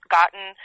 gotten